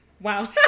wow